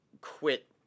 quit